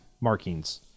markings